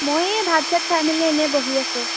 মই এই ভাত চাত খাই মেলি এনেই বহি আছোঁ